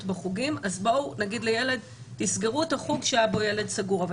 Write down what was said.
בחוגים אז בואו נגיד: תסגרו את החוג שהיה בו ילד מאומת,